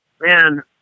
man